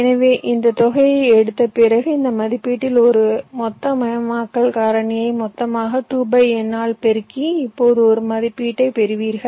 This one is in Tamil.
எனவே இந்த தொகையை எடுத்த பிறகு இந்த மதிப்பீட்டில்ஒரு மொத்தமயமாக்கல் காரணியாக மொத்தமாக 2n ஆல் பெருக்கி இப்போது ஒரு மதிப்பீட்டைப் பெறுவீர்கள்